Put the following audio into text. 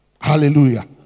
Hallelujah